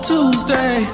Tuesday